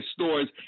stores